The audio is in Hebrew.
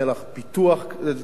פיתוח כלכלי,